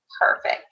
perfect